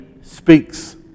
speaks